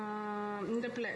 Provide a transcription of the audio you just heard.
um இந்த:intha